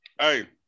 Hey